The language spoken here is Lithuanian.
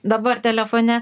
dabar telefone